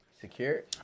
Secure